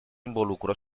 involucró